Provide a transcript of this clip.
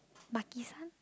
Maki-san